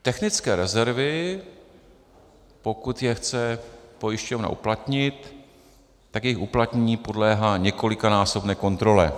Technické rezervy, pokud je chce pojišťovna uplatnit, tak jejich uplatnění podléhá několikanásobné kontrole.